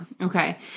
Okay